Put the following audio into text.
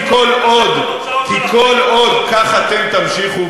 כי כל עוד כך אתם תמשיכו,